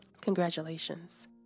Congratulations